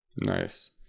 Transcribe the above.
Nice